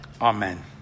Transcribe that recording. amen